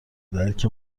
درک